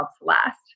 last